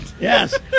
yes